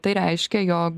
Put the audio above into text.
tai reiškia jog